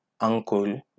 uncle